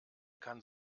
kann